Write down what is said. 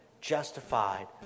justified